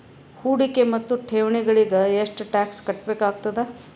ಹೂಡಿಕೆ ಮತ್ತು ಠೇವಣಿಗಳಿಗ ಎಷ್ಟ ಟಾಕ್ಸ್ ಕಟ್ಟಬೇಕಾಗತದ?